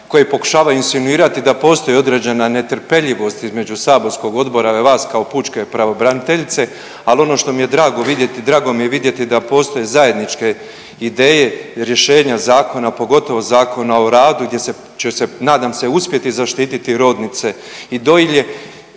koje pokušavaju insinuirati da postoje određena netrpeljivost između saborskog odbora i vas kao pučke pravobraniteljice, ali ono što mi je drago vidjeti, drago mi je vidjeti da postoje zajedničke ideje i rješenja zakona, pogotovo Zakona o radu gdje se, će se, nadam se, uspjeti zaštiti rodnice i dojilje